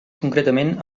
concretament